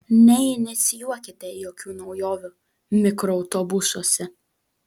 neinicijuokite jokių naujovių mikroautobusuose